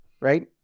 right